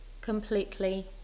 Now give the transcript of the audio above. completely